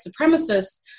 supremacists